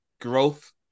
growth